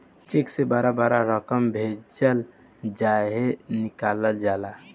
check से बड़ बड़ रकम भेजल चाहे निकालल जाला